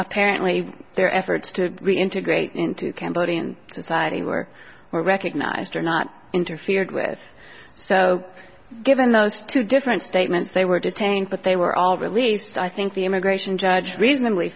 apparently their efforts to reintegrate into cambodian society were well recognized or not interfered with so given those two different statements they were detained but they were all released i think the immigration judge reasonably